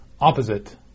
opposite